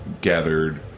gathered